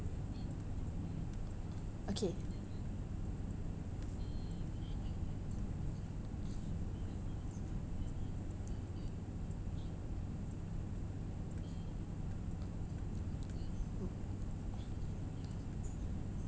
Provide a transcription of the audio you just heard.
okay